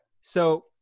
so-